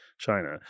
China